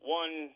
one